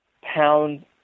pound